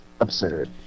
absurd